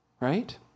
Right